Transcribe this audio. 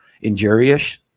injurious